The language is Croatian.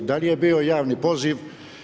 Da li je bio javni poziv?